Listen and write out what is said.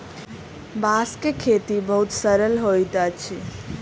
बांस के खेती बहुत सरल होइत अछि